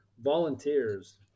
volunteers